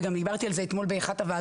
וגם דיברתי על זה אתמול באחת הוועדות,